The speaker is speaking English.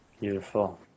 Beautiful